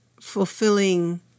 fulfilling